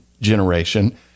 generation